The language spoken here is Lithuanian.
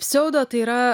pseudo tai yra